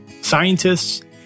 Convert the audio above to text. scientists